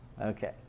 Okay